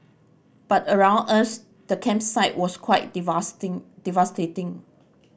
but around us the campsite was quite devastating